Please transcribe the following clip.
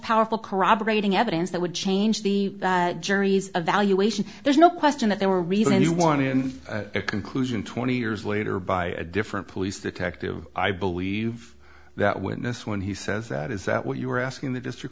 powerful corroborating evidence that would change the jury's evaluation there's no question that they were really want in a conclusion twenty years later by a different police detective i believe that witness when he says that is that what you are asking the district